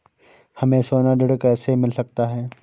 हमें सोना ऋण कैसे मिल सकता है?